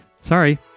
Sorry